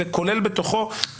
כולל בתוכו,